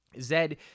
Zed